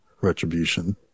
retribution